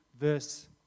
verse